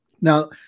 Now